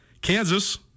Kansas